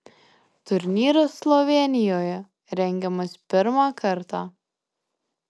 turnyras slovėnijoje rengiamas pirmą kartą